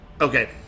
Okay